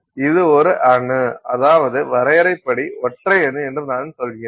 இது ஒரு அணு அதாவது வரையறை படி ஒற்றை அணு என்று நான் சொல்கிறேன்